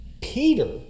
Peter